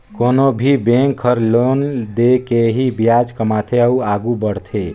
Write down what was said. कोनो भी बेंक हर लोन दे के ही बियाज कमाथे अउ आघु बड़थे